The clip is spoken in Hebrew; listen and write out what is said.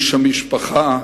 איש המשפחה,